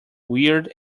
weird